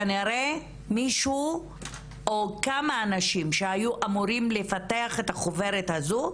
כנראה מישהו או כמה אנשים שהיו אמורים לפתח את החוברת הזו,